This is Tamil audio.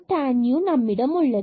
ztanu நம்மிடம் உள்ளது